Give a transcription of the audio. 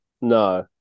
No